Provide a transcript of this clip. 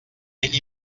ell